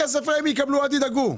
את הכסף רמ"י יקבלו, אל תדאגו,